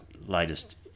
latest